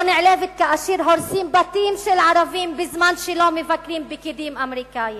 לא נעלבת כאשר הורסים בתים של ערבים בזמן שלא מבקרים פקידים אמריקנים.